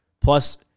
plus